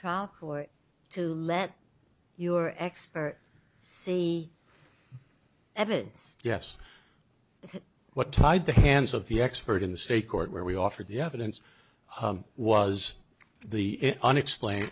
trial to let your expert see evidence yes what tied the hands of the expert in the state court where we offered the evidence was the unexplained